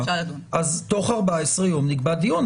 אז תוך 14 יום נקבע דיון,